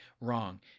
wrong